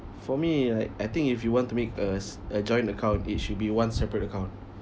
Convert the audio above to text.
for me I I think if you want to make a s~ a joint account it should be one separate account